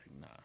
nah